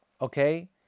Okay